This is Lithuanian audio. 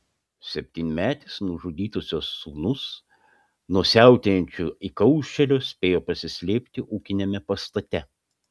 septynmetis nužudytosios sūnus nuo siautėjančio įkaušėlio spėjo pasislėpti ūkiniame pastate